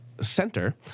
Center